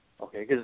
Okay